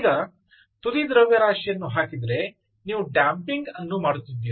ಈಗ ತುದಿ ದ್ರವ್ಯರಾಶಿಯನ್ನು ಹಾಕಿದರೆ ನೀವು ಡ್ಯಾಮಪಿಂಗ್ ಅನ್ನು ಮಾಡುತ್ತಿದ್ದೀರಿ